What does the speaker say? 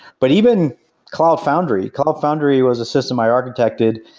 but even cloud foundry, cloud foundry was a system i architected.